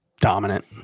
dominant